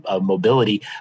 mobility